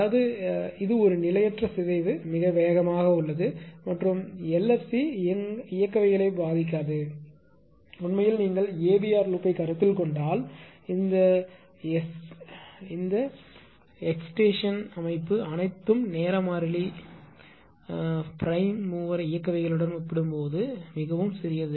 அதாவது இது ஒரு நிலையற்ற சிதைவு மிக வேகமாக உள்ளது மற்றும் எல்எஃப்சி இயக்கவியலை பாதிக்காது உண்மையில் நீங்கள் ஏவிஆர் லூப்பைக் கருத்தில் கொண்டால் இந்த எஸ்க்ஐடேசன் அமைப்பு அனைத்தும் நேர மாறிலி என்பதும் பிரைம் மூவர் இயக்கவியலுடன் ஒப்பிடும்போது மிகச் சிறியது